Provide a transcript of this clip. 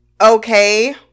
okay